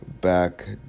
back